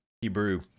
Hebrew